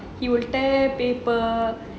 he will tear paper